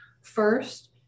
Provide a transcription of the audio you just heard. First